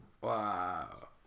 Wow